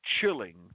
chilling